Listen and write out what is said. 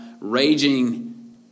Raging